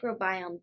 microbiome